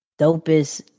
dopest